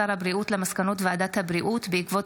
הודעות שר הבריאות על מסקנות ועדת הבריאות בעקבות